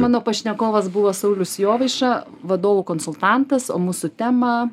mano pašnekovas buvo saulius jovaiša vadovų konsultantas o mūsų tema